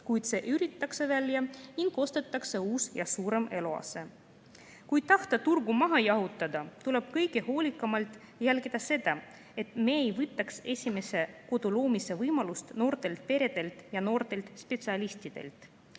kuid see üüritakse välja ning ostetakse uus ja suurem eluase. Kui tahta turgu maha jahutada, tuleb kõige hoolikamalt jälgida seda, et me ei võtaks esimese kodu loomise võimalust noortelt peredelt ja noortelt spetsialistidelt.